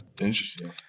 Interesting